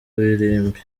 irimbi